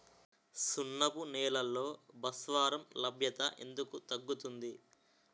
సున్నపు నేలల్లో భాస్వరం లభ్యత ఎందుకు తగ్గుతుంది?